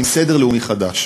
אבל עם סדר לאומי חדש,